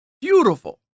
beautiful